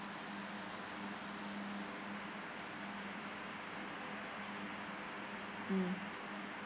mm